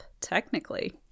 technically